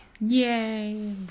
Yay